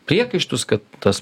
priekaištus tas